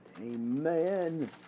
Amen